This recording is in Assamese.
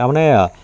তাৰ মানে